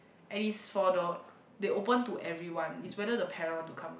and is for the they open to everyone it's whether the parent want to come